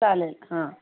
चालेल हां